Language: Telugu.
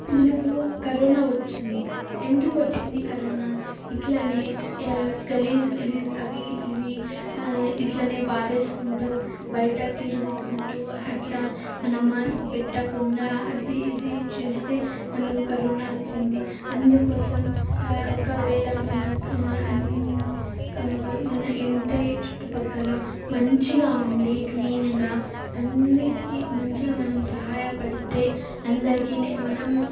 మనకు కరోనా వచ్చింది ఎందుకు వచ్చింది కరోనా ఇట్లానే గలీజ్ గలీజ్ అవి ఇవి ఇట్లనే పారేసుకుంటూ బయట తిరుగుకుంటూ అట్లా మన మాస్క్ పెట్టకుండా అది ఇది చేస్తే మనకు కరోనా వచ్చింది అందుకోసం ఒకవేళ మనకు మన ఇంటి చుట్టుపక్కల మంచిగా ఉండి క్లీన్గా అన్నిటికి మంచిగా మనం సహాయపడితే అందరికీ నే మనం